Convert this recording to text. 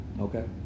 Okay